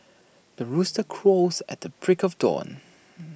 the rooster crows at the break of dawn